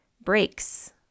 breaks